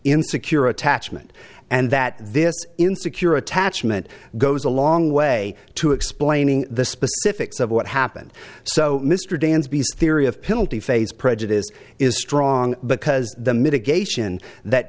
in secure attachment and that this insecure attachment goes a long way to explaining the specifics of what happened so mr dan theory of penalty phase prejudice is strong because the mitigation that